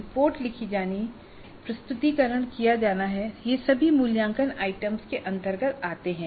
report लिखी जानी है प्रस्तुतीकरण किया जाना है ये सभी मूल्यांकन आइटम्स के अंतर्गत आते हैं